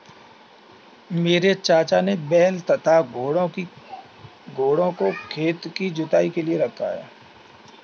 मेरे चाचा ने बैल तथा घोड़ों को खेत की जुताई के लिए रखा है